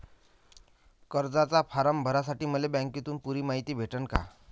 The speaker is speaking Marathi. कर्जाचा फारम भरासाठी मले बँकेतून पुरी मायती भेटन का?